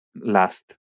last